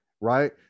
right